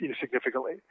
significantly